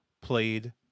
played